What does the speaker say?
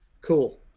Cool